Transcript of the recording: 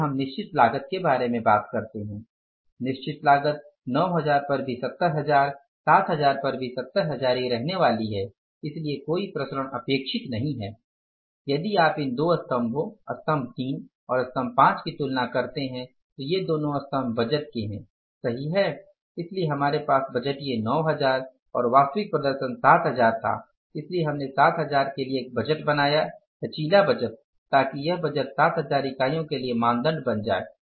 फिर हम निश्चित लागत के बारे में बात करते हैं निश्चित लागत 9000 पर भी 70000 7000 पर भी 70000 ही रहने वाली है इसलिए कोई विचरण अपेक्षित नहीं है यदि आप इन दो स्तंभों स्तम्भ 3 और स्तम्भ 5 की तुलना करते हैं तो ये दोनो स्तम्भ बजट के हैं सही है इसलिए हमारे पास बजटिय 9000 और वास्तविक प्रदर्शन 7000 था इसलिए हमने 7000 के लिए एक बजट बनाया लचीला बजट ताकि यह बजट 7000 इकाइयों के लिए मानदंड बन जाए